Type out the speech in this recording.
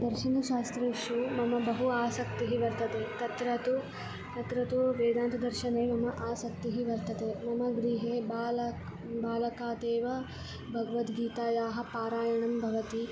दर्शनशास्त्रेशु मम बहु आसक्तिः वर्तते तत्र तु तत्र तु वेदान्तदर्शने मम आसक्तिः वर्तते मम गृहे बालकं बालकादेव भगवद्गीतायाः पारायणं भवति